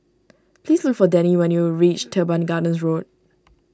please look for Dannie when you reach Teban Gardens Road